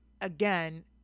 again